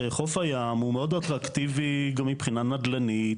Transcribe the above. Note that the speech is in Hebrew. שחוף הים הוא מאוד אטרקטיבי גם מבחינה נדל"נית,